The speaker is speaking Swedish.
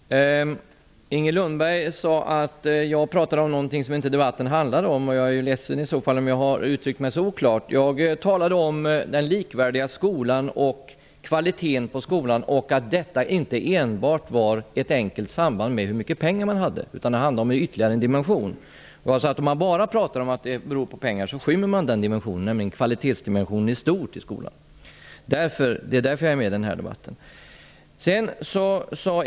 Herr talman! Inger Lundberg sade att jag pratade om någonting som debatten inte handlade om. Jag är ledsen om jag har uttryckt mig så oklart. Jag talade om den likvärdiga skolan, kvaliteten i skolan och om att detta inte enbart har ett samband med hur mycket pengar man har. Det handlar om ytterligare en dimension. Om man bara pratar om att det beror på pengar så skymmer man en dimension, nämligen kvalitetsdimensionen i stort. Det är därför som jag är med i den här debatten.